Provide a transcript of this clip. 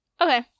Okay